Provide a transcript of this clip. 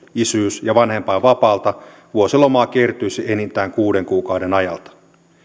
isyys ja vanhempainvapaalta vuosilomaa kertyisi enintään kuuden kuukauden ajalta